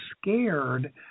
scared